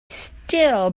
still